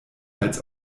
als